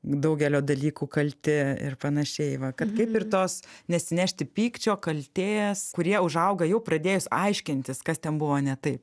daugelio dalykų kalti ir panašiai va kad kaip ir tos nesinešti pykčio kaltės kurie užauga jau pradėjus aiškintis kas ten buvo ne taip